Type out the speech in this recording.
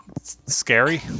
scary